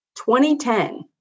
2010